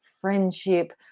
friendship